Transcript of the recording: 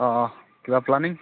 অঁ কিবা প্লানিং